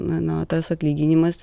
mano tas atlyginimas